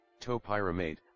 topiramate